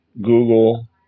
Google